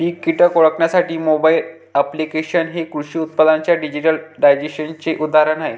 पीक कीटक ओळखण्यासाठी mobile applications हे कृषी उत्पादनांच्या डिजिटलायझेशनचे उदाहरण आहे